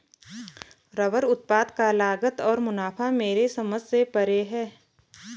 rubber उत्पाद का लागत और मुनाफा मेरे समझ से परे है